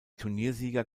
turniersieger